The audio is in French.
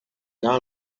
dans